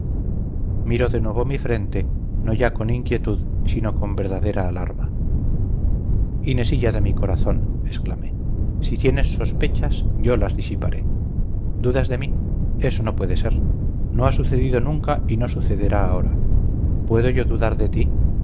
miró de nuevo mi frente no ya con inquietud sino con verdadera alarma inesilla de mi corazón exclamé si tienes sospechas yo las disiparé dudas de mí eso no puede ser no ha sucedido nunca y no sucederá ahora puedo yo dudar de ti